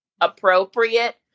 appropriate